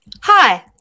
Hi